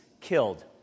killed